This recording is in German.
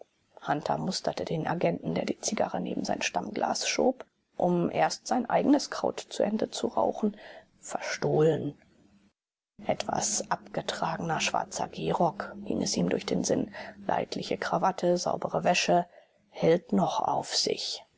hunter musterte den agenten der die zigarre neben sein stammglas schob um erst sein eigenes kraut zu ende zu rauchen verstohlen etwas abgetragener schwarzer gehrock ging es ihm durch den sinn leidliche krawatte saubere wäsche hält noch auf sich